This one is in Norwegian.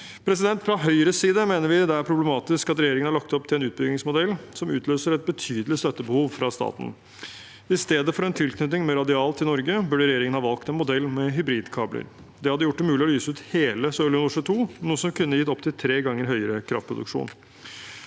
prosjektet. Fra Høyres side mener vi det er problematisk at regjeringen har lagt opp til en utbyggingsmodell som utløser et betydelig støttebehov fra staten. I stedet for en tilknytning med radial til Norge burde regjeringen ha valgt en modell med hybridkabler. Det hadde gjort det mulig å lyse ut hele Sørlige Nordsjø II, noe som kunne gitt opptil tre ganger høyere kraftproduksjon.